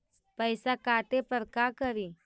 पैसा काटे पर का करि?